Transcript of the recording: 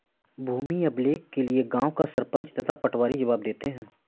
भूमि अभिलेख के लिए गांव का सरपंच तथा पटवारी जवाब देते हैं